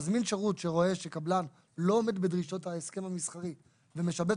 מזמין שירות שרואה שקבלן לא עומד בדרישות ההסכם המסחרי ומשבץ